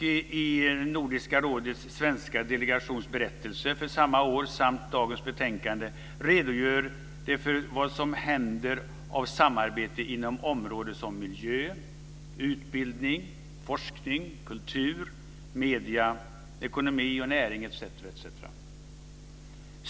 i Nordiska rådets svenska delegations berättelse för samma år och i dagens betänkande redogörs för vad som händer av samarbete inom områden som miljö, utbildning, forskning, kultur, medier, ekonomi, näring etc.